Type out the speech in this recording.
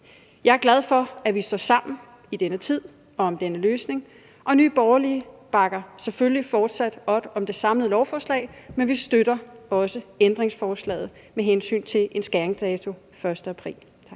Jeg er glad for, at vi står sammen i denne tid og om denne løsning, og Nye Borgerlige bakker selvfølgelig fortsat op om det samlede lovforslag, men vi støtter også ændringsforslaget om en skæringsdato den 1. april.